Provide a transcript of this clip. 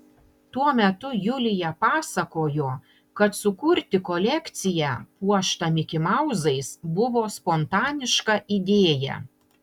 tuo metu julija pasakojo kad sukurti kolekciją puoštą mikimauzais buvo spontaniška idėja